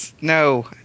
No